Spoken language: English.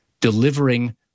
delivering